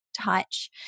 touch